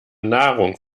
nahrung